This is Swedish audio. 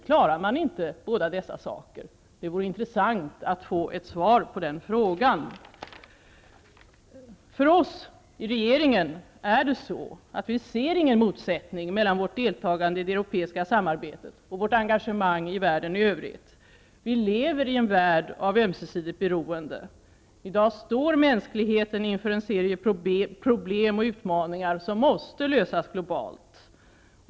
Klarar man inte båda dessa saker? Det vore intressant att få svar på den frågan. Vi i regeringen ser ingen motsättning mellan vårt deltagande i ett Europasamarbete och vårt engagemang i världen i övrigt. Vi lever i en värld av ömsesidigt beroende. I dag står mänskligheten inför en serie problem och utmaningar som måste lösas globalt.